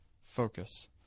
Focus